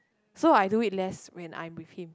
so I do it less when I'm with him